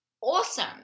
awesome